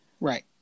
right